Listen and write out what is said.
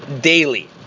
daily